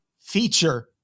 feature